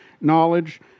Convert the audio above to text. knowledge